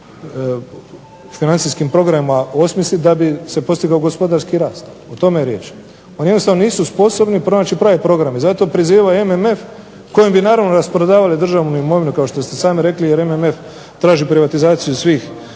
financijskim programima osmisliti da bi se postigao gospodarski rast, o tome je riječ. Oni jednostavno nisu sposobni pronaći pravi program. Zato prizivaju MMF kojim bi naravno rasprodavali državnu imovinu kao što ste sami rekli jer MMF traži privatizaciju svih